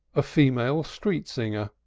a female street-singer,